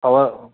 ಕವ